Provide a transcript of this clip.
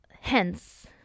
hence